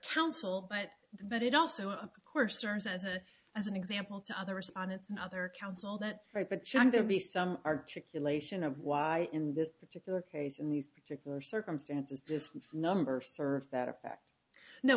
council but but it also of course serves as a as an example to others on an other council that right but should there be some articulation of why in this particular case in these particular circumstances this number serves that effect no